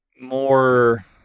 more –